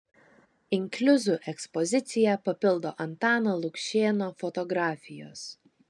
inkliuzų ekspoziciją papildo antano lukšėno fotografijos